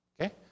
Okay